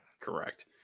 correct